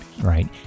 Right